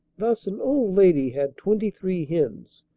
thus an old lady had twenty three hens.